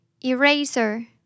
Eraser